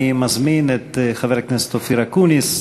אני מזמין את חבר הכנסת אופיר אקוניס,